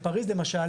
בפריז למשל,